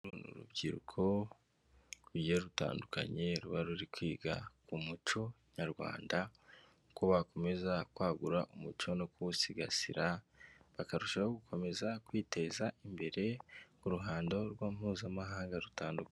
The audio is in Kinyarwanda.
Uru ni urubyiruko rugiye rutandukanye, ruba ruri kwiga ku muco nyarwanda, uko bakomeza kwagura umuco no kuwusigasira, bakarushaho gukomeza kwiteza imbere mu ruhando mpuzamahanga rutandukanye.